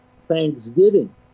thanksgiving